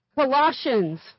Colossians